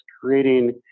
creating